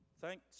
Thanks